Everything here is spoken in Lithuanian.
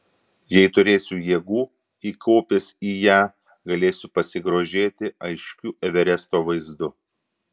jei turėsiu jėgų įkopęs į ją galėsiu pasigrožėti aiškiu everesto vaizdu